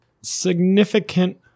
significant